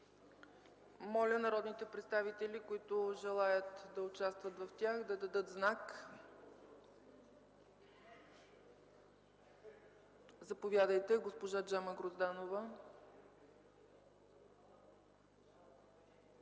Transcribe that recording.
Моля народните представители, които желаят да участват в тях, да дадат знак. Заповядайте, госпожо Грозданова.